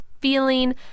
feeling